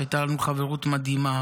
הייתה לנו חברות מדהימה,